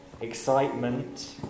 excitement